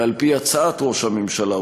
ועל-פי הצעת ראש הממשלה,